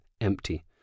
empty